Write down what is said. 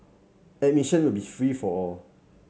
admission will be free for all